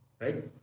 right